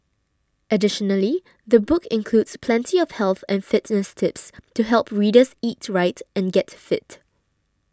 additionally the book includes plenty of health and fitness tips to help readers eat right and get fit